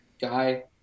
guy